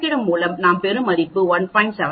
கணக்கீடு மூலம் நாம் பெறும் மதிப்பு 1